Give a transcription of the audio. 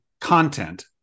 content